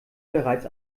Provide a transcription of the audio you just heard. bereits